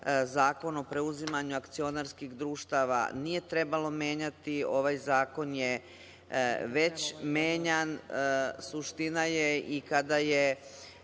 Zakon o preuzimanju akcionarskih društava nije trebalo menjati. Ovaj zakon je već menjan. Suština je i kada je